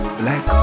black